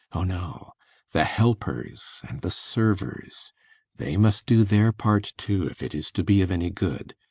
oh, no the helpers and the servers they must do their part too, if it is to be of any good.